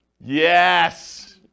Yes